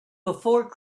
before